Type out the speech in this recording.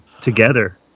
together